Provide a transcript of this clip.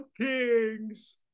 Kings